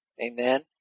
Amen